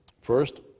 First